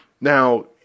Now